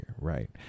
Right